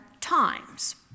times